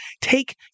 take